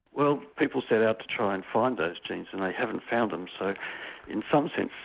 well people say that to try and find those genes, and they haven't found them so in some sense,